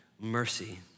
mercy